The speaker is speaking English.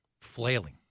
flailing